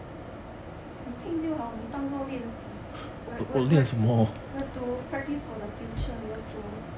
你听就好你当作练习 we we we have to practise for the future we have to